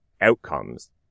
outcomes